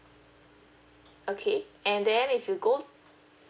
okay and then if you go